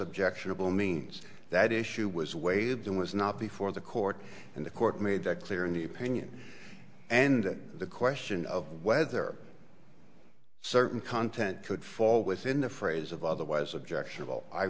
objectionable means that issue was waived and was not before the court and the court made that clear in the opinion and the question of weather certain content could fall within the phrase of otherwise objectionable i